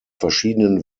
verschiedenen